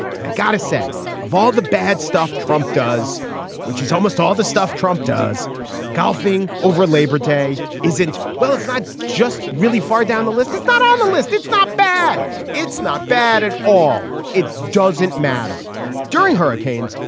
and i gotta say of all the bad stuff trump does which is almost all the stuff trump does golfing over labor day isn't. well it's not just really far down the list is not on the list it's not bad it's not bad at all. it doesn't matter during hurricanes.